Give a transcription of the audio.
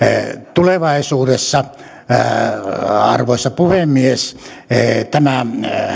tulevaisuudessa arvoisa puhemies tämä